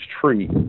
tree